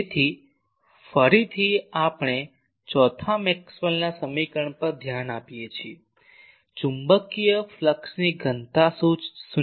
તેથી ફરીથી આપણે ચોથા મેક્સવેલના સમીકરણ પર ધ્યાન આપીએ છીએ કે ચુંબકીય ફ્લક્સ ની ઘનતા શૂન્ય છે